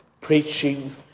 Preaching